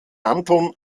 anton